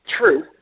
True